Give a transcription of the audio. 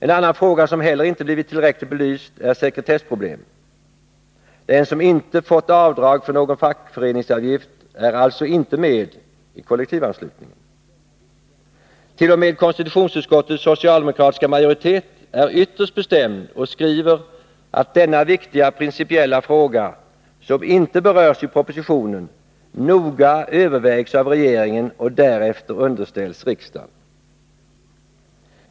En annan fråga, som heller inte blivit tillräckligt belyst, är sekretessproblemen. Den som inte fått avdrag för någon fackföreningsavgift är alltså inte kollektivansluten. T. o. m. konstitutionsutskottets socialdemokratiska majoritet är ytterst bestämd och förutsätter att denna viktiga principiella fråga, som inte berörs i propositionen, noga övervägs av regeringen och därefter underställs riksdagen.